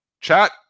chat